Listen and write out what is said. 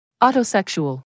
Autosexual